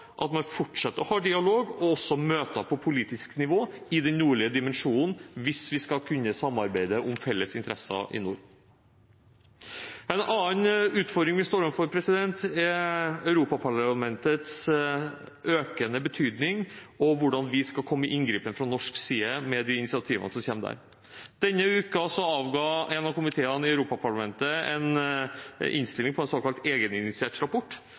at man fortsetter å ha dialog og møter på politisk nivå i den nordlige dimensjonen hvis vi skal kunne samarbeide om felles interesser i nord. En annen utfordring vi står overfor, er Europaparlamentets økende betydning og hvordan vi fra norsk side skal komme i inngripen med de initiativene som kommer der. Denne uken avga én av komiteene i Europaparlamentet en innstilling på bakgrunn av en såkalt